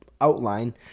outline